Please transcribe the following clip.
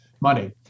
money